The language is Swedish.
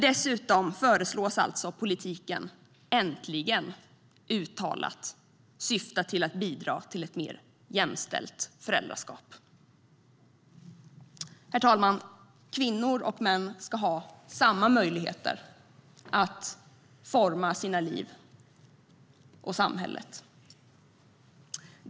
Dessutom föreslås alltså politiken äntligen uttalat syfta till att bidra till ett mer jämställt föräldraskap. Herr talman! Kvinnor och män ska ha samma möjligheter att forma sina liv och samhället.